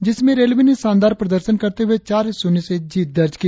जिसमें रेलवे ने शानदार प्रदर्शन करते हुए चार शून्य से जीत दर्ज की